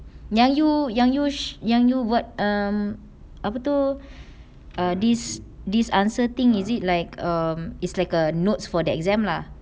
yang you yang you sh~ yang you what um apa tu err this this answer thing is it like um it's like a notes for the exam lah